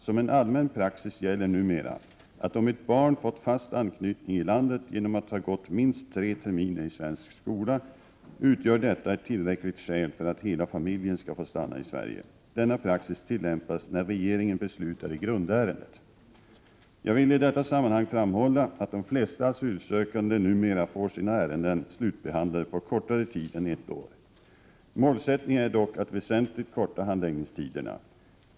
Som en allmän praxis gäller numera att om ett barn fått fast anknytning till landet genom att ha gått minst tre terminer i svensk skola, utgör detta ett tillräckligt skäl för att hela familjen skall få stanna i Sverige. Denna praxis tillämpas när regeringen beslutar i grundärendet. Jag vill i detta sammanhang framhålla att de flesta asylsökande numera får sina ärenden slutbehandlade på kortare tid än ett år. Målsättningen är dock att väsentligt korta handläggningstiderna.